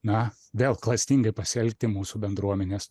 na vėl klastingai pasielgti mūsų bendruomenės